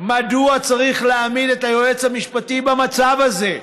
מדוע צריך להעמיד את היועץ המשפטי במצב הזה,